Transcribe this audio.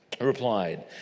replied